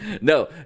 no